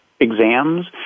exams